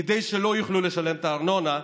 כדי שלא יצטרכו לשלם את הארנונה,